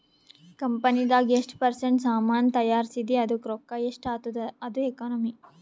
ಕಂಪನಿದಾಗ್ ಎಷ್ಟ ಪರ್ಸೆಂಟ್ ಸಾಮಾನ್ ತೈಯಾರ್ಸಿದಿ ಅದ್ದುಕ್ ರೊಕ್ಕಾ ಎಷ್ಟ ಆತ್ತುದ ಅದು ಎಕನಾಮಿ